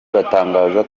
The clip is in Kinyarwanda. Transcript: batangaza